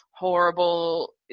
horrible